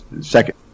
second